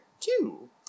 two